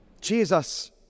Jesus